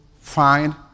find